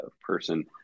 person